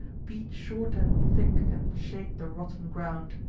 beat short and thick, and shake the rotten ground.